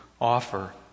offer